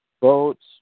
boats